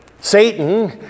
Satan